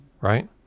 Right